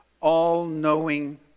all-knowing